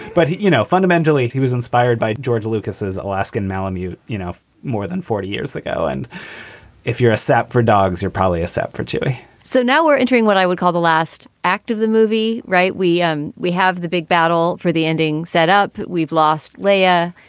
but, you know, fundamentally, he was inspired by george lucas's alaskan malamute. you know, more than forty years ago. and if you're a sap for dogs, you're probably a sap for you so now we're entering what i would call the last act of the movie. right. we um we have the big battle for the ending set up. we've lost leah.